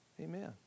Amen